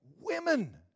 women